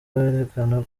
berekana